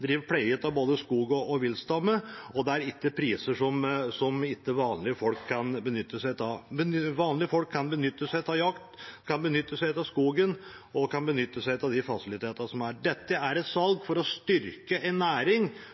av både skog og viltstammer. Det er heller ikke priser som vanlige folk ikke kan betale. Vanlige folk kan benytte seg av jakt, de kan benytte seg av skogen, og de kan benytte seg av de fasilitetene som finnes. Dette er et salg for å styrke en næring